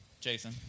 Jason